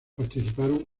participaron